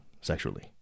sexually